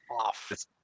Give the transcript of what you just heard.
off